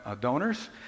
donors